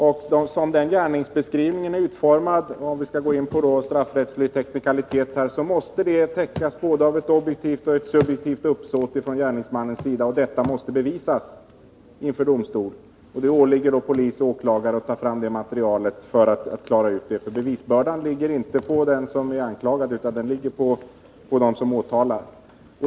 Såsom gärningsbeskrivningen är utformad måste det — om vi nu skall gå in på straffrättsliga teknikaliteter — täckas av både ett objektivt och ett subjektivt uppsåt från gärningsmannens sida, och detta måste bevisas inför domstol. Det åligger polis och åklagare att ta fram det materialet. Bevisbördan ligger således inte på den som är anklagad utan på dem som åtalar.